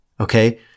Okay